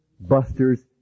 busters